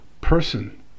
person